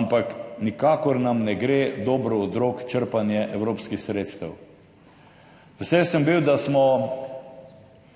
ampak nikakor nam ne gre dobro od rok črpanje evropskih sredstev. Vesel sem bil, da smo